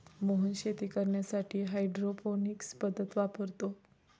मोहन शेती करण्यासाठी हायड्रोपोनिक्स पद्धत वापरतो